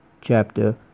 chapter